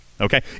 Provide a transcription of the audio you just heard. okay